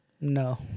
No